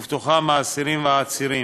ובתוכם אסירים ועצירים,